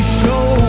show